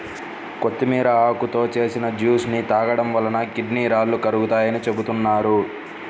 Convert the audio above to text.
కొత్తిమీర ఆకులతో చేసిన జ్యూస్ ని తాగడం వలన కిడ్నీ రాళ్లు కరుగుతాయని చెబుతున్నారు